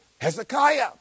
Hezekiah